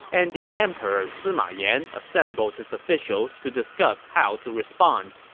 and the emperor sima yan assembled his officials to discuss how to respond.